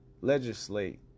legislate